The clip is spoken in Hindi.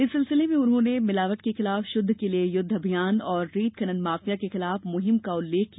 इस सिलसिले में उन्होंने मिलावट के खिलाफ शुद्ध के लिए युद्ध अभियान और रेत खनन माफिया के खिलाफ मुहिम का उल्लेख किया